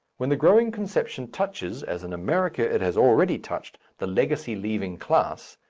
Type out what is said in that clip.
when the growing conception touches, as in america it has already touched, the legacy-leaving class,